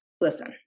Listen